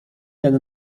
ten